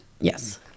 yes